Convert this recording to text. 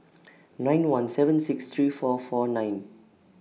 nine one seven six three four four nine